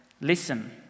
listen